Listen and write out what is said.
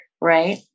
right